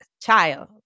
child